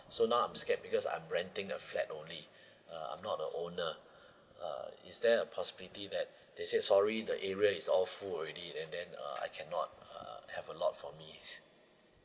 so now I'm scared because I'm renting a flat only uh I'm not a owner uh is there a possibility that they say sorry the area is all full already then then uh I cannot err have a lot for me